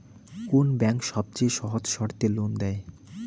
কোন ব্যাংক সবচেয়ে সহজ শর্তে লোন দেয়?